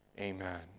Amen